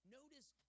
notice